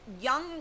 young